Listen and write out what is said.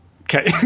Okay